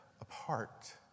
apart